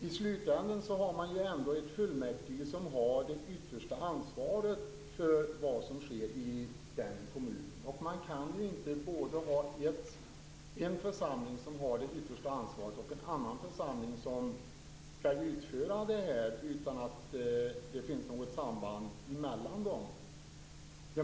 I slutändan har man ändå ett fullmäktige som har det yttersta ansvaret för vad som sker i kommunen. Man kan inte både ha en församling som har det yttersta ansvaret och en annan församling som skall utföra det här utan att det finns något samband mellan dem.